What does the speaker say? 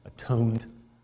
atoned